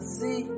see